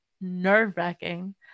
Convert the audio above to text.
nerve-wracking